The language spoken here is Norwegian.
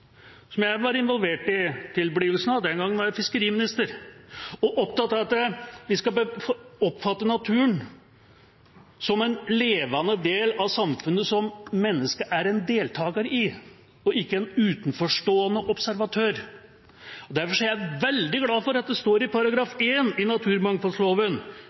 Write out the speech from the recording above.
som jeg var involvert i tilblivelsen av. Den gangen var jeg fiskeriminister og opptatt av at vi skulle oppfatte naturen som en levende del av samfunnet, som mennesket er en deltaker i og ikke en utenforstående observatør av. Derfor er jeg veldig glad for at det står i § 1 i naturmangfoldloven: